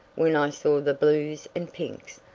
when i saw the blues and pinks,